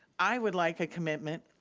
i would like a commitment,